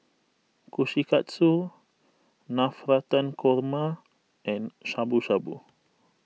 Kushikatsu Navratan Korma and Shabu Shabu